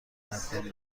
مکان